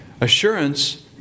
Assurance